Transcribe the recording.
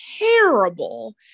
Terrible